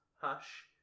Hush